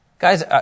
Guys